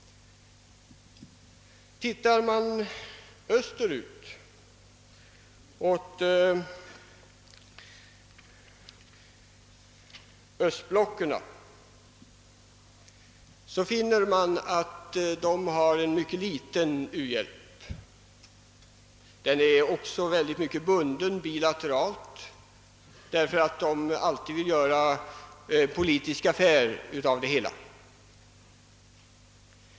Ser man på u-hjälpen i östblockets stater finner man att u-hjälpen där är mycket liten. Den är också mycket bunden bilateralt, därför att kommunisterna vill göra politisk affär av det hela.